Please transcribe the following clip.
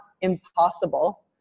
impossible